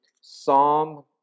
Psalm